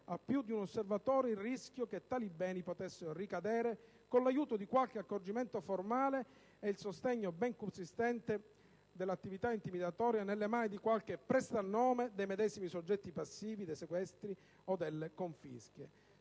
a più di un osservatore il rischio che tali beni potessero ricadere, con l'aiuto di qualche accorgimento formale e il sostegno ben più consistente dell'attività intimidatoria, nelle mani di qualche prestanome dei medesimi soggetti passivi dei sequestri o delle confische.